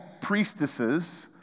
priestesses